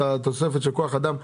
את התוספת של כוח אדם.